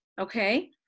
okay